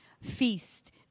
feast